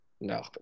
No